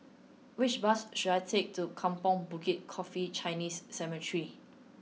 which bus should I take to Kampong Bukit Coffee Chinese Cemetery